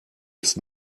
ist